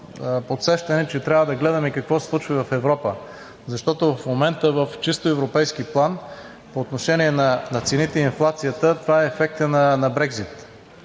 подсещане, че трябва да гледаме и какво се случва в Европа, защото в момента в чисто европейски план по отношение на цените и инфлацията – това е ефектът на Брекзит.